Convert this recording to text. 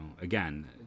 again